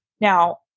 Now